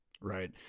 Right